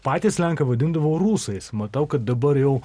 patys lenkai vadindavo rusais matau kad dabar jau